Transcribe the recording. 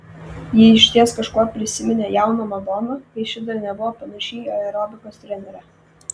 ji išties kažkuo prisiminė jauną madoną kai ši dar nebuvo panaši į aerobikos trenerę